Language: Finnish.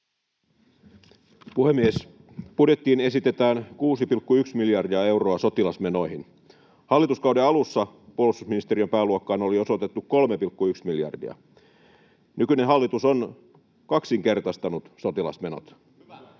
puhemies! Budjettiin esitetään 6,1 miljardia euroa sotilasmenoihin. Hallituskauden alussa puolustusministeriön pääluokkaan oli osoitettu 3,1 miljardia. Nykyinen hallitus on kaksinkertaistanut sotilasmenot. On